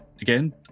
again